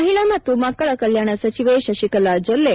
ಮಹಿಳಾ ಮತ್ತು ಮಕ್ಕಳ ಕಲ್ಯಾಣ ಸಚಿವೆ ಶಶಿಕಲಾ ಜೊಲ್ಲೆ